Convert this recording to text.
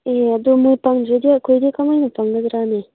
ꯑꯦ ꯑꯗꯨ ꯄꯪꯗ꯭ꯔꯗꯤ ꯑꯩꯈꯣꯏꯗꯤ ꯀꯃꯥꯏꯅ ꯄꯪꯒꯗ꯭ꯔꯅꯦ